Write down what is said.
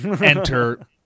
enter